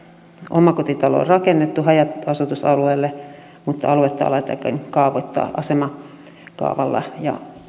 omakotitalo on rakennettu haja asutusalueelle mutta aluetta aletaankin kaavoittaa asemakaavalla ja